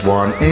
one